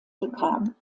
bekam